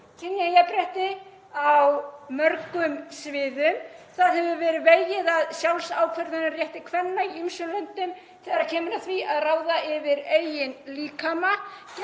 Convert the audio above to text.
kynjajafnrétti á mörgum sviðum. Það hefur verið vegið að sjálfsákvörðunarrétti kvenna í ýmsum löndum þegar kemur að því að ráða yfir eigin líkama.